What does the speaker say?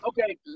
okay